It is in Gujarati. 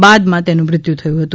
બાદમાં તેનું મૃત્યુ થયું છે